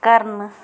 کَرنہٕ